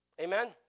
Amen